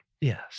Yes